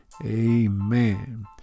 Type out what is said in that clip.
Amen